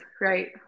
right